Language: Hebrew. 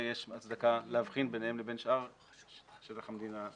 יש הצדקה להבחין ביניהם לבין שאר שטח המדינה.